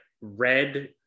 red